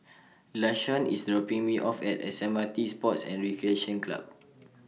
Lashawn IS dropping Me off At S M R T Sports and Recreation Club